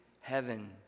Heaven